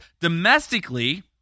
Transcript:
domestically